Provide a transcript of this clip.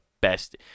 best